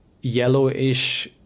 yellowish